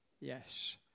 Yes